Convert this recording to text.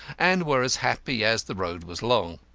and were as happy as the road was long.